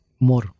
more